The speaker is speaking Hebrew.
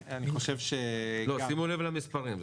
אני חושב שגם --- שימו לב למספרים.